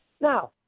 Now